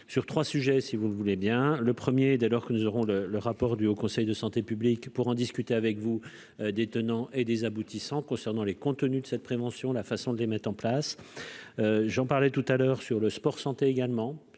sur 3 sujets si vous le voulez bien le premier dès lors que nous aurons le le rapport du Haut Conseil de santé publique pour en discuter avec vous des tenants et des aboutissants concernant les contenus de cette prévention, la façon de les mettre en place, j'en parlais tout à l'heure sur le sport santé également,